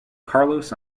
carlos